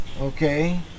Okay